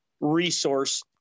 resource